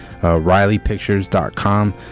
RileyPictures.com